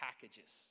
packages